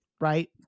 right